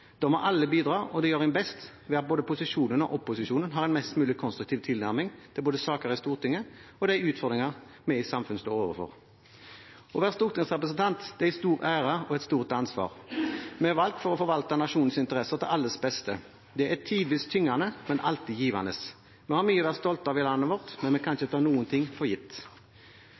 Da må alle bidra, og det gjør en best ved at både posisjonen og opposisjonen har en mest mulig konstruktiv tilnærming til både saker i Stortinget og de utfordringer vi i samfunnet står overfor. Å være stortingsrepresentant er en stor ære og et stort ansvar. Vi er valgt for å forvalte nasjonens interesser til alles beste. Det er tidvis tyngende, men alltid givende. Vi har mye å være stolte av i landet vårt, men vi kan ikke ta noe for gitt.